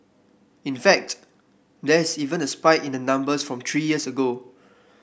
in fact there is even a spike in the numbers from three years ago